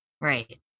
Right